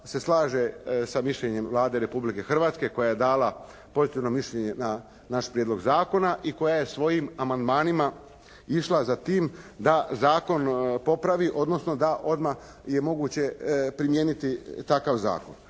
se slaže sa mišljenjem Vlade Republike Hrvatske koja je dala pozitivno mišljenje na naš prijedlog zakona i koja je svojim amandmanima išla za tim da zakon popravi, odnosno da odmah je moguće primijeniti takav zakon.